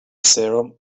serum